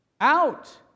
out